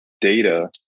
data